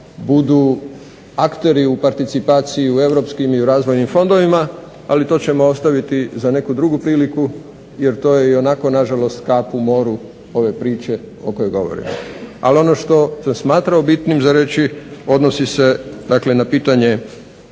budu akteri u participaciji u europskim i razvojnim fondovima, ali to ćemo ostaviti za neku drugu priliku, jer to je i onako nažalost kap u moru ove priče o kojoj govorim. Ali ono što smatram za bitnim reći odnosi se na pitanje